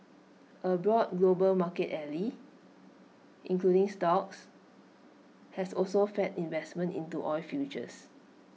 A broad global market rally including stocks has also fed investment into oil futures